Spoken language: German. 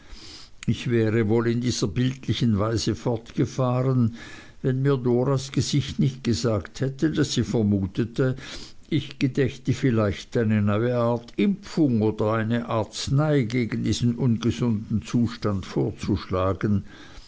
ich wäre wohl in dieser bildlichen weise fortgefahren wenn mir doras gesicht nicht gesagt hätte daß sie vermutete ich gedächte vielleicht eine neue art impfung oder eine arznei gegen diesen ungesunden zustand vorzuschlagen